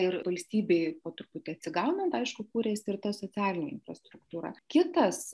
ir valstybei po truputį atsigaunant aišku kūrėsi ir ta socialinė infrastruktūra kitas